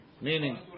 Meaning